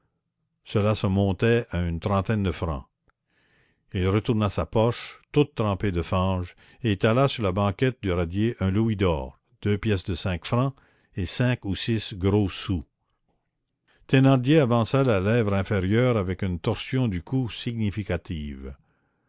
cela se montait à une trentaine de francs il retourna sa poche toute trempée de fange et étala sur la banquette du radier un louis d'or deux pièces de cinq francs et cinq ou six gros sous thénardier avança la lèvre inférieure avec une torsion de cou significative